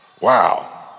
Wow